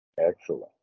Excellent